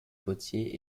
potiers